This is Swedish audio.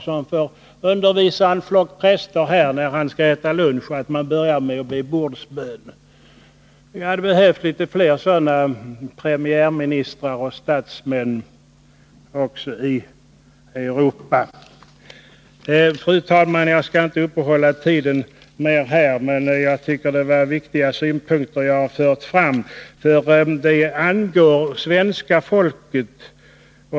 När han en gång skulle äta lunch här i Sverige fick han undervisa en flock präster om att man skall börja med bordsbön! — Vi skulle behöva flera sådana statsmän, också i Europa! Fru talman! Jag skall inte uppta tiden mera här, men jag tycker det är viktiga synpunkter som jag har fört fram. De angår svenska folket.